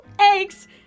eggs